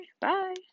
bye